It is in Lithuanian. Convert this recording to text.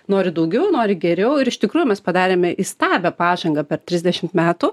nori daugiau nori geriau ir iš tikrųjų mes padarėme įstabią pažangą per trisdešimt metų